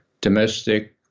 domestic